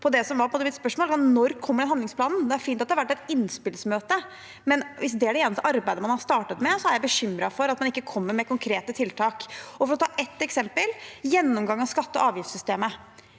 Når kommer handlingsplanen? Det er fint at det har vært et innspillsmøte, men hvis det er det eneste arbeidet man har startet med, er jeg bekymret for at man ikke kommer med konkrete tiltak. For å ta et eksempel: gjennomgang av skatte- og avgiftssystemet.